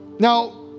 Now